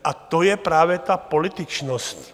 A to je právě ta političnost.